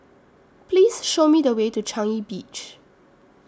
Please Show Me The Way to Changi Beach